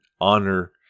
honor